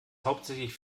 hauptsächlich